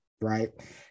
right